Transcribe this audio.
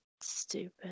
stupid